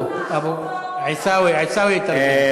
צריך תרגום על מסך, עיסאווי יתרגם.